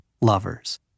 lovers